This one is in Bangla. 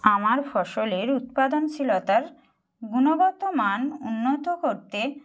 আমার ফসলের উৎপাদনশীলতার গুণগত মান উন্নত করতে